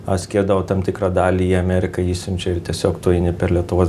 aš skirdavau tam tikrą dalį į ameriką išsiunčiu tiesiog tu eini per lietuvos